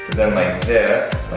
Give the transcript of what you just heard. then like this,